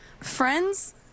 friends